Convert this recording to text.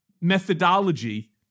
methodology